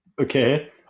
Okay